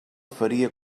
faria